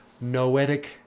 noetic